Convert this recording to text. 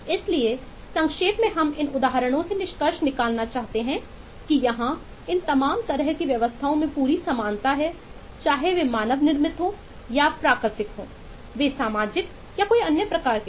इसलिए संक्षेप में हम इन उदाहरणों से निष्कर्ष निकालना चाहते हैं कि यहां इन तमाम तरह की व्यवस्थाओं में पूरी समानता है चाहे वे मानव निर्मित हों या प्राकृतिक हों वे सामाजिक या अन्य प्रकार के हो